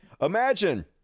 Imagine